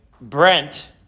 Brent